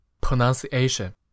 Pronunciation